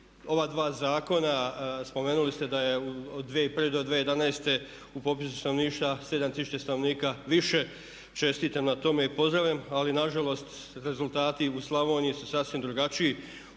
ova dva zakona, spomenuli ste da je od 2001.-2011- u popisu stanovništva 7000 stanovnika više, čestitam na tome i pozdravljam ali nažalost rezultati u Slavoniji su sasvim drugačiji,